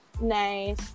nice